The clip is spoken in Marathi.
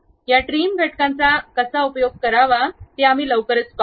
या ट्रिम घटकांचा कसा उपयोग करावा ते आम्ही लवकरच पाहू